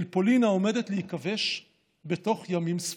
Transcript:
אל פולין העומדת להיכבש בתוך ימים ספורים.